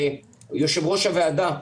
יושב-ראש הוועדה,